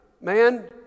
man